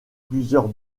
plusieurs